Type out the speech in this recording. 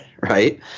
Right